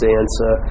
answer